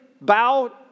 bow